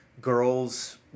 girls